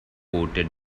coated